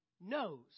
knows